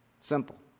Simple